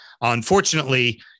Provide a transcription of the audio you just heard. Unfortunately